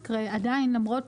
עדיין, למרות